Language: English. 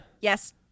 Yes